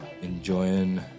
Enjoying